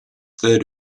third